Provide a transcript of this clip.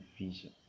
vision